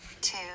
two